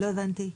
לא הבנתי.